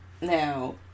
Now